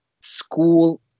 school